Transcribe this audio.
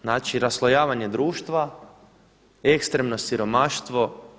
Znači raslojavanje društva, ekstremno siromaštvo.